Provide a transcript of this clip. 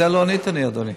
על זה לא ענית לי, אדוני.